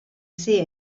ser